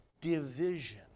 Division